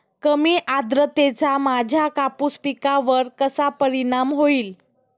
कमी आर्द्रतेचा माझ्या कापूस पिकावर कसा परिणाम होईल?